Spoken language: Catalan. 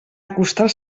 acostar